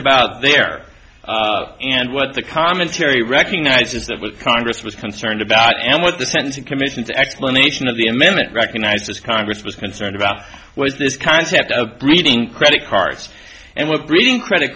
about there and what the commentary recognizes that with congress was concerned about and what the sentencing commission's explanation of the amendment recognizes congress was concerned about was this concept of reading credit cards and what reading credit